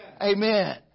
Amen